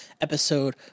episode